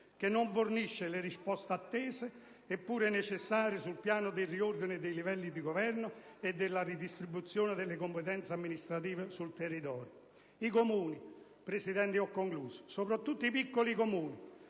che non fornisce le risposte attese e pure necessarie sul piano del riordino dei livelli di governo e della redistribuzione delle competenze amministrative sul territorio. I Comuni, soprattutto quelli piccoli,